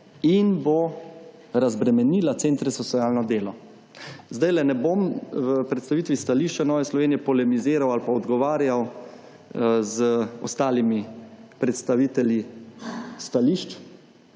in bo razbremenila Center za socialno delo. Zdajle ne bom v predstavitvi stališča Nove Slovenije polemiziral ali pa odgovarjal z ostalimi predstavitelji stališč,